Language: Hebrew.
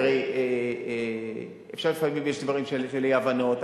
תראי, לפעמים יש דברים של אי-הבנות.